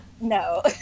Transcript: no